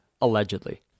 allegedly